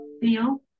feel